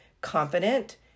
confident